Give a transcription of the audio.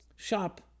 shop